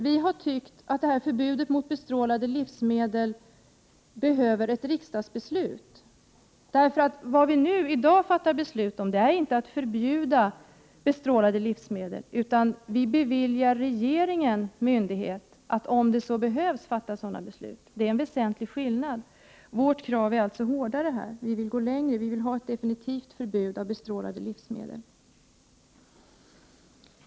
Enligt vår mening behövs det ett riksdagsbeslut när det gäller förbud mot bestrålning av livsmedel. Vad vi i dag skall fatta beslut om är inte förbud mot bestrålade livsmedel, utan vi ger regeringen möjlighet att, om så behövs, fatta sådana beslut. Det är en väsentlig skillnad. Vårt krav är alltså hårdare, vi vill gå längre och införa ett definitivt förbud mot bestrålade livsmedel.